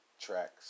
tracks